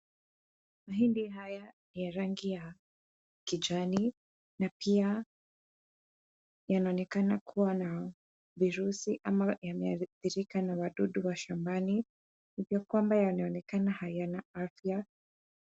Mahindi haya ya rangi kijani na pia yanaonekana kubwa na virusi ama vimeharibika na wadudu wa shambani. Ikiwa kwamba yanaonekana hayana afya.